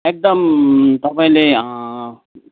एकदम तपाईँले